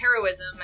heroism